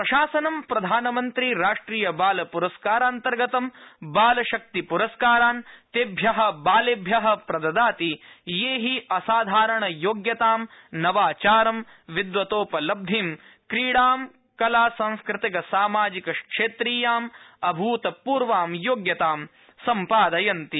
प्रशासनं प्रधानमन्त्री राष्ट्रिय बाल पुरस्कारान्तर्गत बाल शक्ति पुरस्कारान् तेभ्यो बालेभ्य प्रददाति ये हि असाधारणयोग्यता नवाचारं विद्वतोपलब्धि क्रीडा कला संस्कृतिक सामाजिक क्षेत्रीयां अभूतपूर्व योग्यतां सम्पादयन्ति